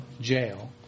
jail